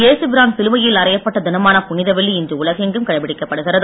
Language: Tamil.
இயேசு பிரான் சிலுவையில் அறையப்பட்ட தினமான புனிதவெள்ளி இன்று உலகெங்கும் கடைபிடிக்கப்படுகிறது